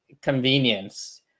convenience